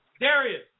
Darius